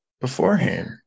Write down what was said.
beforehand